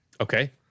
okay